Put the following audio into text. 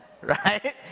right